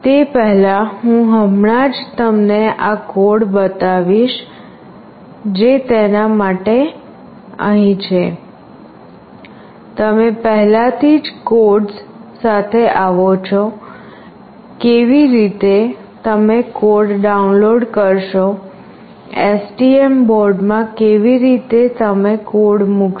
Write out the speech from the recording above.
તે પહેલાં હું હમણાં જ તમને આ કોડ બતાવીશ જે તેનાં માટે અહીં છે તમે પહેલાથી જ કોડ્સ સાથે આવો છો કેવી રીતે તમે કોડ ડાઉનલોડ કરશો STM બોર્ડ માં કેવી રીતે તમે કોડ મુકશો